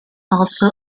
also